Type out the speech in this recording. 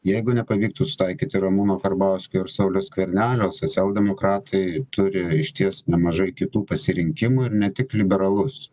jeigu nepavyktų sutaikyti ramūno karbauskio ir sauliaus skvernelio socialdemokratai turi išties nemažai kitų pasirinkimų ir ne tik liberalus